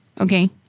okay